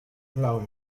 love